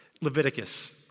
Leviticus